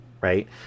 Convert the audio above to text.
right